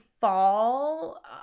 fall